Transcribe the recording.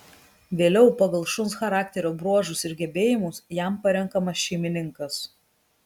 vėliau pagal šuns charakterio bruožus ir gebėjimus jam parenkamas šeimininkas